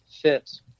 fit